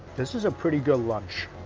this is a pretty good lunch.